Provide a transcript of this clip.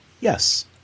Yes